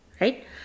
Right